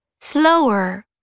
slower